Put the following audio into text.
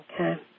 Okay